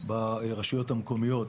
ברשויות המקומיות,